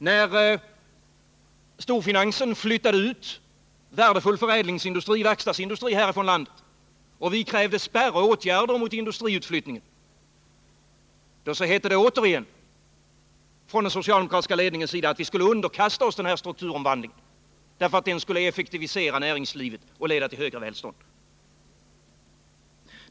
När storfinansen flyttade ut värdefull förädlingsindustri, verkstadsindustri, från landet och vi krävde spärr och åtgärder mot industriutflyttningen, hette det återigen från den socialdemokratiska ledningens sida att vi skulle underkasta oss den strukturomvandlingen, för den skulle effektivisera näringslivet och leda till högre välstånd.